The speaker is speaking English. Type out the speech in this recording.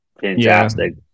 fantastic